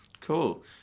Cool